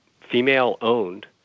female-owned